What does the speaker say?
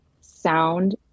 sound